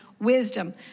wisdom